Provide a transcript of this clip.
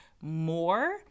more